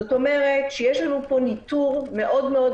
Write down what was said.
זאת אומרת שיש לנו פה ניטור מאוד מאוד